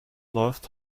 läuft